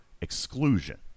exclusion